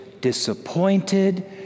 disappointed